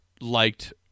liked